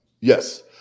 Yes